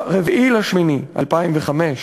ב-4 באוגוסט 2005,